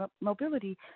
mobility